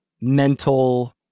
mental